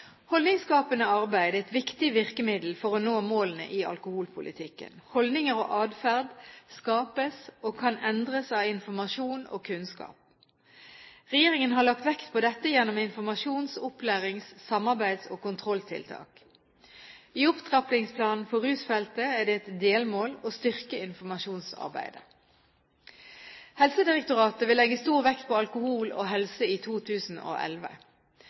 Holdningsskapende arbeid er et viktig virkemiddel for å nå målene i alkoholpolitikken. Holdninger og atferd skapes og kan endres av informasjon og kunnskap. Regjeringen har lagt vekt på dette gjennom informasjons-, opplærings-, samarbeids- og kontrolltiltak. I Opptrappingsplanen for rusfeltet er det et delmål å styrke informasjonsarbeidet. Helsedirektoratet vil legge stor vekt på alkohol og helse i 2011.